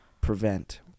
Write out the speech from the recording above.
prevent